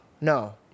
no